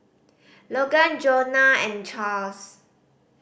Logan Johnna and Charls